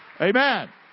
Amen